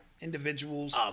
individuals